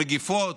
מגפות,